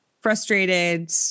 frustrated